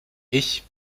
ich